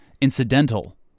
incidental